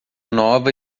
nova